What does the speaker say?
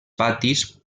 patis